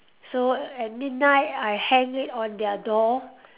so at midnight I hang it on their door